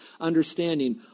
understanding